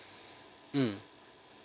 hmm